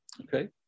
okay